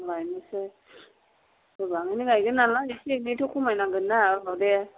लायनोसै गोबाङैनो गायगोन नालाय एसे एनैथ' खमायनांगोन ना औ दे